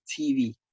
TV